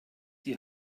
die